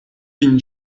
vin